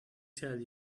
tell